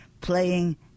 playing